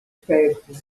perto